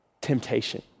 temptation